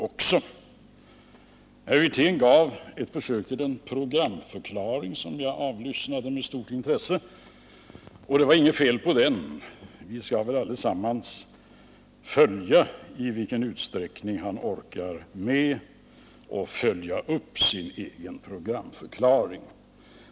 Herr Wirtén gjorde ett försök till en programförklaring, som jag avlyssnade med stort intresse, och det var inget fel på den, Vi skall väl allesammans följa i vilken utsträckning han orkar med att leva upp till sin egen programförklaring.